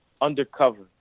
undercover